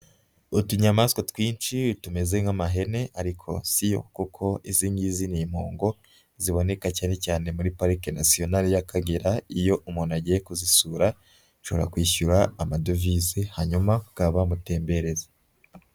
Utunyamaswa twinshi tumeze nk'amahene ariko si yo kuko izi ngizi ni impongo ziboneka cyane cyane muri parike National y'Akagera, iyo umuntu agiye kuzisura ashobora kwishyura amadovize hanyuma bakaba bamutembereza.